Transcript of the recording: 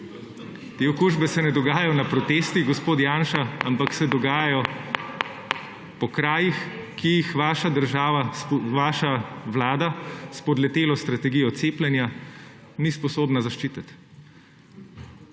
Te okužbe se ne dogajajo na protestih, gospod Janša, ampak se dogajajo po krajih, ki jih vaša vlada s spodletelo strategijo cepljenja ni sposobna zaščititi.